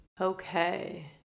okay